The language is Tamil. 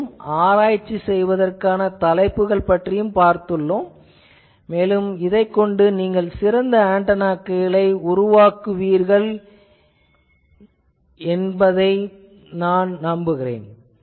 இது ஆராய்ச்சி செய்வதற்கு சிறந்த தலைப்பாகும் மேலும் நீங்கள் சிறந்த மேலும் சிறந்த ஆன்டெனாக்களை உருவாக்குவீர்கள் என நம்புகிறேன்